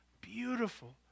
beautiful